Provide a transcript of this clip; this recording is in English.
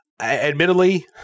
Admittedly